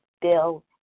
Bill